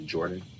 Jordan